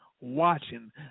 watching